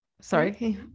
Sorry